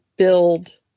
Build